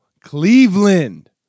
Cleveland